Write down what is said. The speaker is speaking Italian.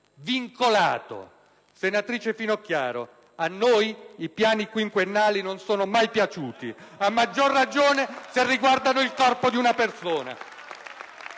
Senatrice Finocchiaro, a noi i piani quinquennali non sono mai piaciuti, a maggior ragione se riguardano il corpo di una persona.